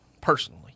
personally